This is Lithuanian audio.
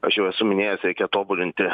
aš jau esu minėjęs reikia tobulinti